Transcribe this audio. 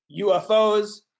UFOs